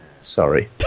Sorry